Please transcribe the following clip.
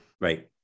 right